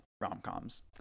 rom-coms